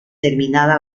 terminada